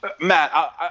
Matt